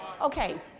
Okay